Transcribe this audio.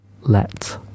let